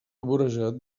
vorejat